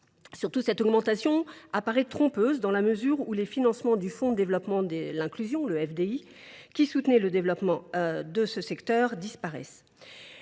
Surtout, cette augmentation apparaît trompeuse, dans la mesure où les financements du fonds de développement de l’inclusion (FDI), qui soutenaient le développement de ce secteur, disparaissent.